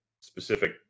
specific